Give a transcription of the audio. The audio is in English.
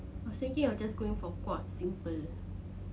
I was thinking of just going for quartz simple